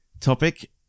topic